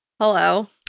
hello